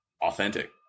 authentic